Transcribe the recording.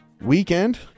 weekend